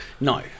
no